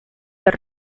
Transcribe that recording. del